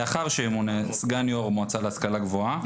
לאחר שימונה סגן יו"ר המועצה להשכלה גבוהה,